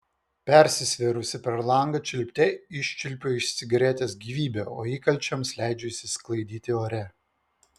persisvėrusi per langą čiulpte iščiulpiu iš cigaretės gyvybę o įkalčiams leidžiu išsisklaidyti ore